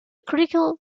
critical